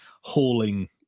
hauling